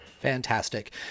Fantastic